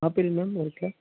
apple ma'am ஒரு kilo